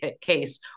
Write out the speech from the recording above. case